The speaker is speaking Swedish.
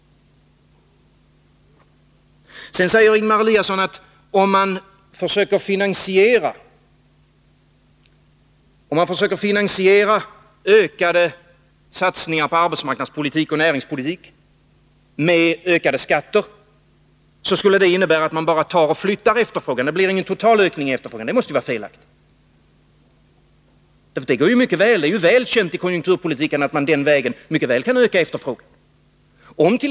Sedan säger Ingemar Eliasson att om man försöker finansiera ökade satsningar på arbetsmarknadspolitik och näringspolitik med ökade skatter, Nr 80 så skulle det innebära att man bara flyttar efterfrågan — det blir ingen total ökning av efterfrågan. Det måste vara felaktigt. Det är ju väl känt inom konjunkturpolitiken att man den vägen kan öka efterfrågan.